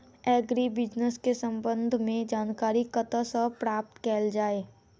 Agri business केँ संबंध मे जानकारी कतह सऽ प्राप्त कैल जाए?